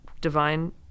divine